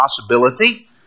possibility